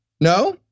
No